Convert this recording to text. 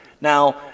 Now